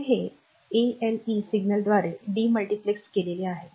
तिथे ते एएलई सिग्नलद्वारे डी मल्टिप्लेक्स केलेले आहे